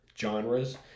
genres